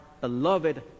beloved